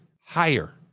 Higher